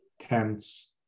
tense